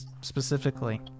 specifically